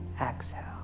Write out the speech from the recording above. exhale